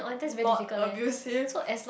not abusive